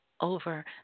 over